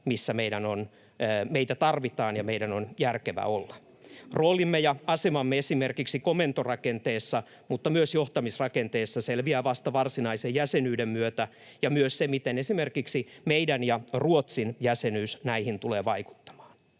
missä meitä tarvitaan ja meidän on järkevää olla. Roolimme ja asemamme esimerkiksi komentorakenteessa mutta myös johtamisrakenteessa selviää vasta varsinaisen jäsenyyden myötä ja myös se, miten esimerkiksi meidän ja Ruotsin jäsenyys näihin tulee vaikuttamaan.